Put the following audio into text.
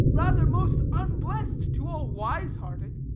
rather most unblest to all wise-hearted